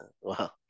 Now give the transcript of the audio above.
Wow